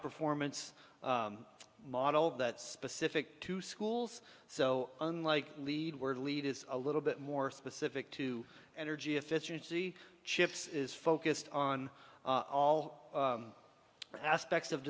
performance model that specific to schools so unlike lead word lead is a little bit more specific to energy efficiency chips is focused on all aspects of